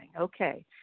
Okay